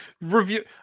review